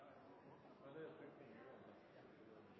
jeg er noe vi alle